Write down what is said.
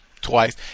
twice